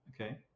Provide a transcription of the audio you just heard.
okay